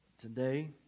today